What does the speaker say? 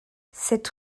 cette